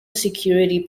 security